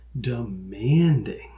demanding